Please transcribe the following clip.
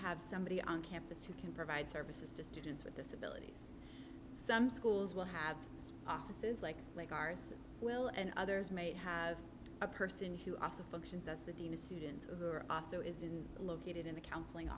have somebody on campus who can provide services to students with disabilities some schools will have offices like like ours will and others may have a person who also functions as the dean of students also isn't located in the counseling